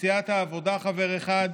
סיעת העבודה, חבר אחד,